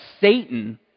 Satan